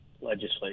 legislature